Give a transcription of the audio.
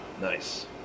nice